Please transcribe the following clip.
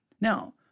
Now